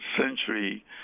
century